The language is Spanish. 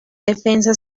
defensa